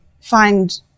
find